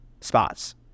spots